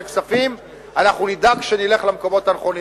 הכספים ואנחנו נדאג שנלך למקומות הנכונים.